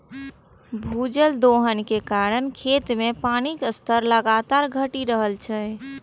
भूजल दोहन के कारण खेत मे पानिक स्तर लगातार घटि रहल छै